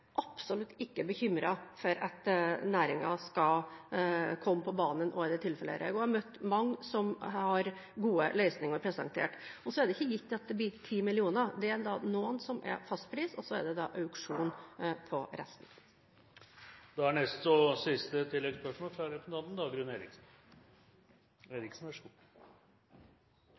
absolutt ikke er bekymret for at næringen ikke skal komme på banen også i dette tilfellet. Jeg har møtt mange som har presentert gode løsninger. Så er det ikke gitt at det blir 10 mill. kr. Det er noen konsesjoner som er til fast pris, og så er det auksjon på